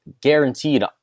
guaranteed